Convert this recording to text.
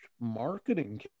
marketing